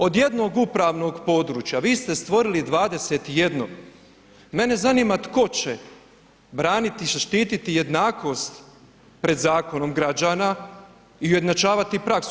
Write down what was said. Od jednog upravnog područja vi ste stvorili 21, mene zanima tko će braniti i zaštititi jednakost pred zakonom građana i ujednačavati praksu.